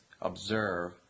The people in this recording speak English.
observe